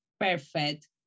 perfect